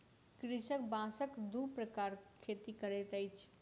कृषक बांसक दू प्रकारक खेती करैत अछि